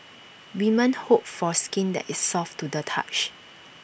women hope for skin that is soft to the touch